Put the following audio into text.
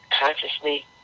Consciously